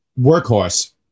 Workhorse